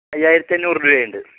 അയ്യായിരത്തി അഞ്ഞൂറ് രൂപയായിട്ടുണ്ട്